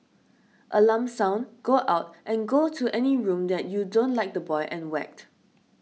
alarm sound go out and go to any room that you don't like the boy and whacked